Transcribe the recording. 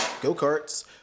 go-karts